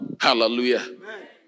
Hallelujah